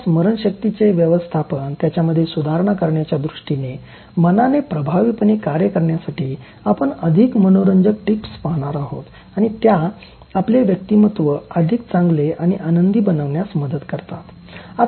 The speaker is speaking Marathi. आपल्या स्मरणशक्तीचे व्यवस्थापन त्याच्यामध्ये सुधारणा करण्याच्या दृष्टीने मनाने प्रभावीपणे कार्य करण्यासाठी आपण अधिक मनोरंजक टिप्स पाहणार आहोत आणि त्या आपले व्यक्तिमत्त्व अधिक चांगले आणि आनंदी बनवण्यास मदत करतात